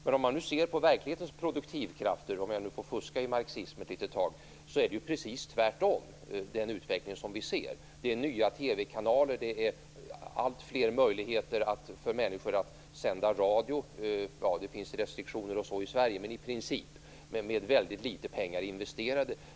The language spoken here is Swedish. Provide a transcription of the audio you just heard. Men om man nu ser på verklighetens produktivkrafter, om jag nu får fuska i marxismen ett litet tag, är ju utvecklingen precis den motsatta. Det har tillkommit nya TV-kanaler och det är alltfler möjligheter för människor att sända radio - det finns restriktioner i Sverige, men detta gäller i princip - med väldigt litet pengar investerade.